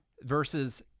versus